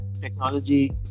technology